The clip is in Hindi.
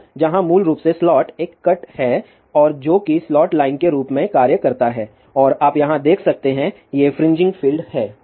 तो जहां मूल रूप से स्लॉट एक कट है और जो कि स्लॉट लाइन के रूप में कार्य करता है और आप यहां देख सकते हैं ये फ्रिंजिंग फील्ड हैं